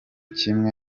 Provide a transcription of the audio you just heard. kimwe